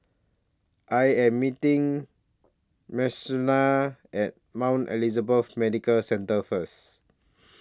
I Am meeting At Mount Elizabeth Medical Centre First